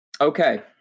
Okay